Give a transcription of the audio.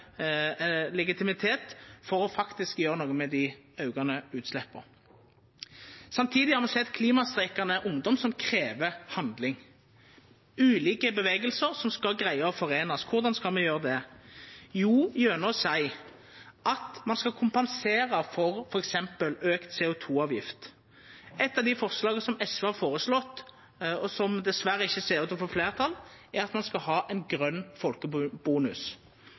legitimitet for faktisk å gjera noko med dei aukande utsleppa. Samtidig har me sett klimastreikande ungdom som krev handling, og ulike rørsler som skal greia å foreinast. Korleis skal me gjera det? Jo, gjennom å seia at ein skal kompensera for f.eks. auka CO 2 -avgift. Eit av forslaga frå SV, som dessverre ikkje ser ut til å få fleirtal, er at ein skal ha ein grøn